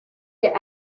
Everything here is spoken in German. der